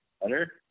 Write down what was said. better